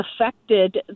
affected